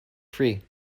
free